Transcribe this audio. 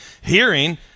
hearing